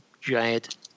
giant